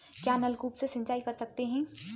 क्या नलकूप से सिंचाई कर सकते हैं?